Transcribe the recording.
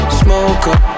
smoker